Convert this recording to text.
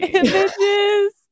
images